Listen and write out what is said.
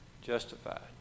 justified